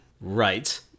right